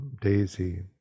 Daisy